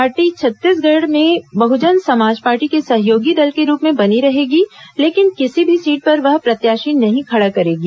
party Chhattisgarh में Bahujan Samaj party के सहयोगी दल के रूप में बनी रही रहेगी लेकिन किसी भी सीट पर वह प्रत्याशी नहीं खड़ा करेगी